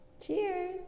Cheers